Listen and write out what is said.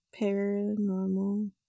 paranormal